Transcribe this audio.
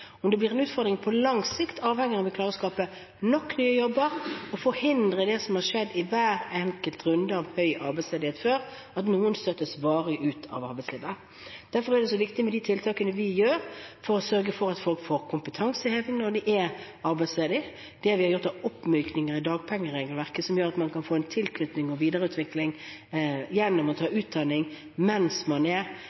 av om vi klarer å skape nok nye jobber og forhindre det som har skjedd i hver enkelt runde med høy arbeidsledighet før, at noen støtes varig ut av arbeidslivet. Derfor er det viktig med de tiltakene vi setter inn for å sørge for at folk får kompetanseheving når de er arbeidsledige. Det vi har gjort, er å myke opp dagpengeregelverket, slik at man kan få en tilknytning og en videreutvikling gjennom å